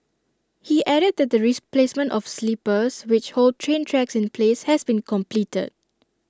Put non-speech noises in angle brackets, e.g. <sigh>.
he added that the <unintelligible> placement of sleepers which hold train tracks in place has been completed